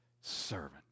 servant